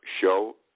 show